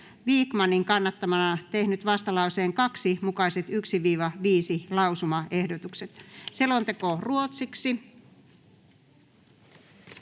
Vikmanin kannattamana tehnyt vastalauseen 2 mukaiset 1.—5. lausumaehdotuksen. [Speech 111]